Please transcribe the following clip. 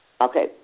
Okay